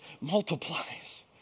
multiplies